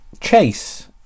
chase